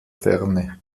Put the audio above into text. ferne